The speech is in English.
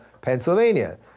Pennsylvania